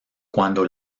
cuando